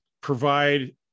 provide